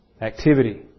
Activity